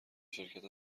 شرکت